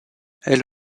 elle